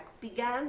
began